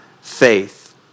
faith